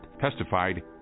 testified